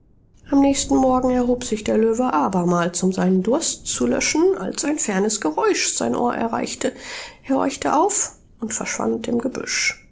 am nächsten morgen erhob sich der löwe abermals um seinen durst zu löschen als ein fernes geräusch sein ohr erreichte er horchte auf und verschwand im gebüsch